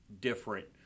different